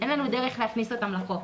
אין לנו דרך להכניס אותם לחוק.